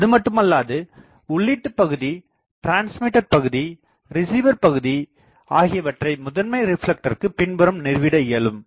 அதுமட்டுமல்லாது உள்ளீட்டுப்பகுதி டிரான்ஸ்மீட்டர் பகுதி ரிசிவர் பகுதி ஆகியவற்றை முதன்மை ரிப்லெக்டருக்கு பின்புறம்நிறுவிட இயலும்